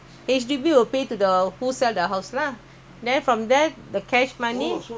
they take loan from H_D_B so the H_D_B the money will give to us